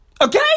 Okay